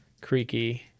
creaky